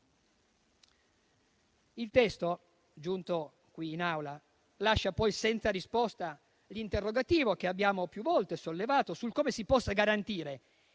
Il testo giunto qui in Aula lascia poi senza risposta l'interrogativo che abbiamo più volte sollevato sul come si possa garantire,